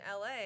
LA